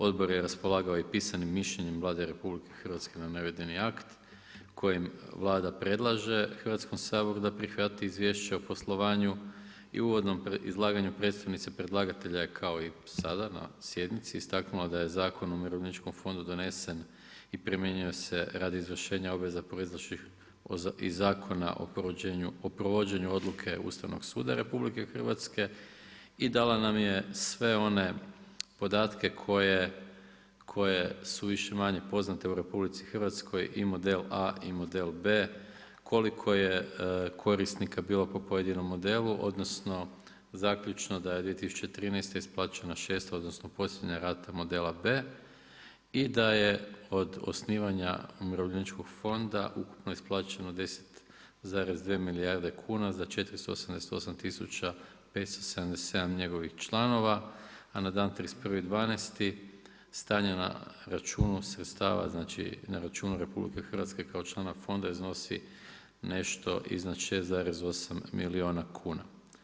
Odbor je raspolagao i pisanim mišljenjem Vlade RH na navedeni akt kojim Vlada predlaže Hrvatskom saboru da prihvati izvješće o poslovanju i u uvodnom izlaganju predstavnica predlagatelja je kao i sada na sjednici istaknula da je Zakon o Umirovljeničkom fondu donesen i primjenjuju se radi izvršenja obveza proizašlih iz Zakona o provođenju Odluke Ustavnog suda RH i dala nam je sve one podatke koje su više-manje poznate u RH i model A i model B koliko je korisnika bilo po pojedinom modelu, odnosno zaključno da je 2013. isplaćena šesta odnosno posljednja rata modela B i da je od osnivanja Umirovljeničkog fonda ukupno isplaćeno 10,2 milijarde kuna za 488 577 njegovih članova, a na dan 31.12. stanje na računu sredstava, znači na računu Republike Hrvatske kao člana fonda iznosi nešto iznad 6,8 milijuna kuna.